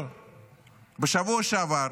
בשבוע שעבר,